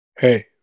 Hey